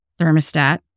thermostat